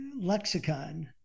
lexicon